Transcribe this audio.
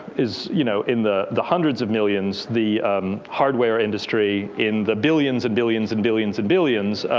is you know in the the hundreds of millions, the hardware industry in the billions and billions and billions and billions,